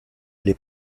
les